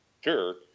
sure